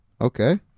Okay